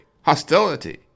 hostility